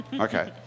Okay